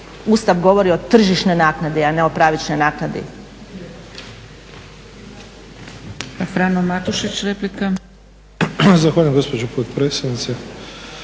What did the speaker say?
Ustav govori o tržišnoj naknadi, a ne o pravičnoj naknadi.